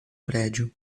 prédio